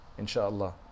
insha'Allah